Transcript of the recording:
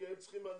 הם צריכים מהנדסים,